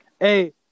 Hey